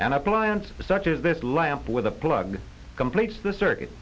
an appliance such as this lamp with a plug completes the circuit